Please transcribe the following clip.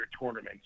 tournaments